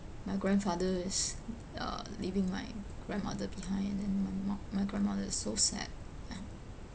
my grandfather is uh leaving my grandmother behind and my mum my grandmother is so sad